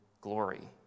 glory